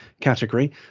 category